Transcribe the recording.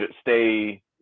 stay